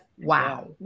wow